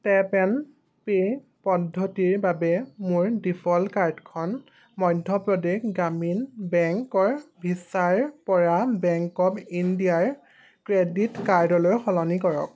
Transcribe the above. tap and pay পদ্ধতিৰ বাবে মোৰ ডিফ'ল্ট কাৰ্ডখন মধ্য প্ৰদেশ গ্ৰামীণ বেংকৰ ভিছাৰপৰা বেংক অৱ ইণ্ডিয়াৰ ক্ৰেডিট কাৰ্ডলৈ সলনি কৰক